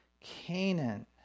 Canaan